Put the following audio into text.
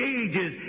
ages